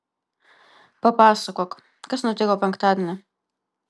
papasakok kas nutiko penktadienį